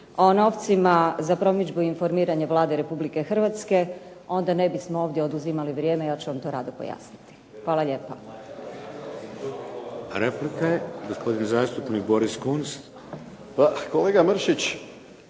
o novcima za promidžbu i informiranje Vlade Republike Hrvatske onda ne bismo ovdje oduzimali vrijeme, ja ću vam to rado pojasniti. Hvala lijepa.